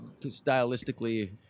stylistically